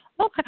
Okay